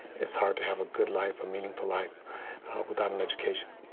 it's hard to have a good life, a meaningful life without an education.